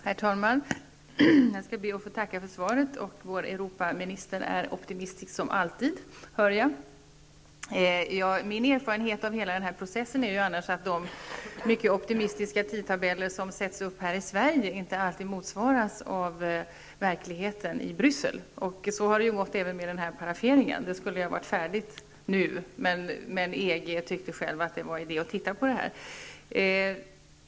Herr talman! Jag skall be att få tacka för svaret. Vår Europaminister är optimistisk som alltid, hör jag. Min erfarenhet av hela den här processen är annars att de mycket optimistiska tidtabeller som görs upp här i Sverige inte alltid motsvaras av verkligheten i Bryssel. Så har det gått även med paraferingen. Den skulle ju ha varit färdig nu, men EG tyckte själv att det var idé att titta på det här.